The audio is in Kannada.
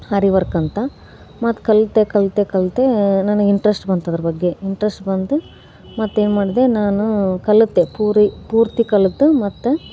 ಅರಿ ವರ್ಕ್ ಅಂತ ಮತ್ತೆ ಕಲಿತೆ ಕಲಿತೆ ಕಲಿತೆ ನನಗೆ ಇಂಟ್ರಸ್ಟ್ ಬಂತು ಅದರ ಬಗ್ಗೆ ಇಂಟ್ರಸ್ಟ್ ಬಂದು ಮತ್ತೇನು ಮಾಡಿದೆ ನಾನು ಕಲಿತೆ ಪೂರಿ ಪೂರ್ತಿ ಕಲಿತು ಮತ್ತೆ